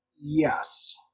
Yes